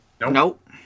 Nope